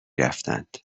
رفتند